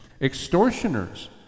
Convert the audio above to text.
extortioners